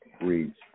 reads